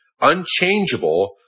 unchangeable